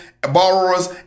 borrowers